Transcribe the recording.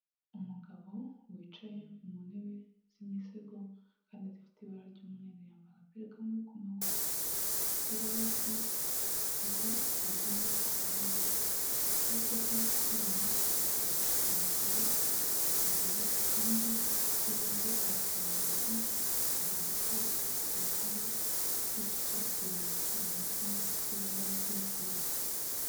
Umugabo wicaye mu ntebe z'imisego kandi zifite ibara ry'umweru yambara agapira k'amaboko magufi gafite ibara ry'ivu ndetse afite ubwoya ku maboko, ukuboko kwe ku ibumoso yagushikamishije ku kuguru kandi uk'iburyo arakurambura arambikaho agatambaro yafatishije ikiganza cy'ibumoso gafite ibara ry'ubururu.